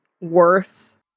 worth